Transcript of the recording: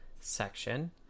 section